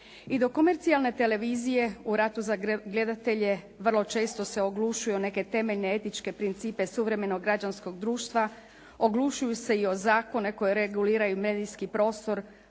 I dok komercijalne televizije u ratu za gledatelje vrlo često se oglušuju o neke temeljne etičke principe suvremenog građanskog društva, ogulušuju se i o zakone koje reguliraju medijski prostor.